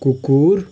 कुकुर